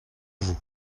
vous